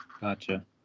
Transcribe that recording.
Gotcha